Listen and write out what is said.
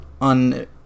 on